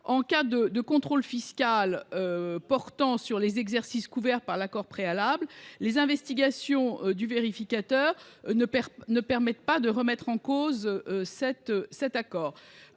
En cas de contrôle fiscal portant sur les exercices couverts par l’accord préalable, les investigations du vérificateur ne permettent pas de remettre en cause cet accord.